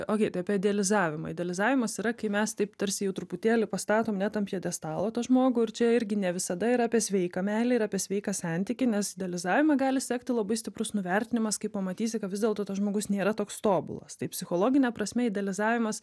okey tai taip idealizavimą idealizavimas yra kai mes taip tarsi jau truputėlį pastatom net ant pjedestalo tą žmogų ir čia irgi ne visada yra apie sveiką meilę ir apie sveiką santykį nes idealizavimą gali sekti labai stiprus nuvertinimas kai pamatysi kad vis dėlto tas žmogus nėra toks tobulas tai psichologine prasme idealizavimas